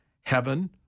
heaven